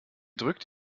drückt